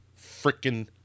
freaking